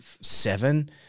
seven